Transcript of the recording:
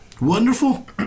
Wonderful